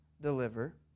deliver